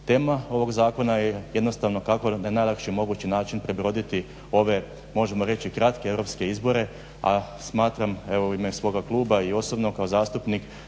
Tema ovog zakona je jednostavno kako na najlakši mogući način prebroditi ove možemo reći kratke europske izbore, a smatram u ime svoga kluba i u svoje osobno ime kao zastupnik